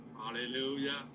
Hallelujah